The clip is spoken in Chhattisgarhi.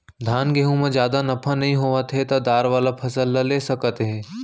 धान, गहूँ म जादा नफा नइ होवत हे त दार वाला फसल ल ले सकत हे